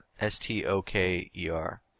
S-T-O-K-E-R